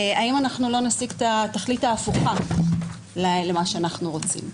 האם אנחנו לא נשיג את התכלית ההפוכה למה שאנחנו רוצים?